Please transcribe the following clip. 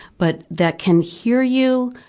but that can hear you,